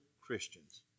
Christians